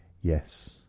Yes